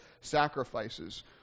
sacrifices